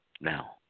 Now